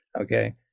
okay